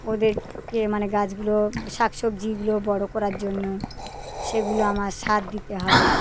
ওদেরকে মানে গাছগুলো শাক সবজিগুলো বড় করার জন্য সেগুলো আমার সার দিতে হবে